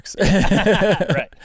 Right